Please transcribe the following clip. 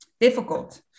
difficult